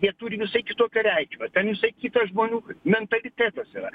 jie turi visai kitokią reikšmę ten visai kitas žmonių mentalitetas yra